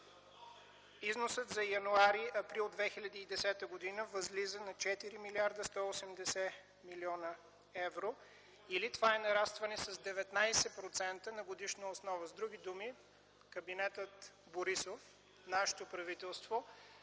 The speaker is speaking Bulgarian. Износът за януари-април 2010 г. възлиза на 4 млрд. 180 млн. евро или това е нарастване с 19% на годишна основа. С други думи Кабинетът Борисов – нашето правителство,